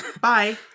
Bye